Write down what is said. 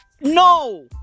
No